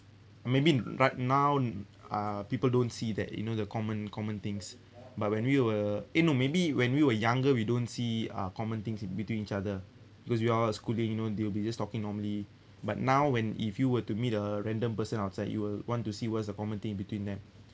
maybe right now uh people don't see that you know the common common things but when we were eh no maybe when we were younger we don't see uh common things in between each other because we all are schooling you know they will be just talking normally but now when if you were to meet a random person outside you will want to see what's the common thing in between them